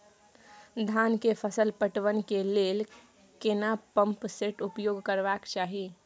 धान के फसल पटवन के लेल केना पंप सेट उपयोग करबाक चाही?